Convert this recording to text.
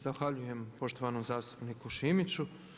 Zahvaljujem poštovanom zastupniku Šimiću.